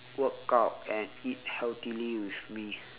workout and eat healthily with me